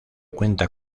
cuenta